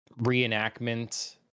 reenactment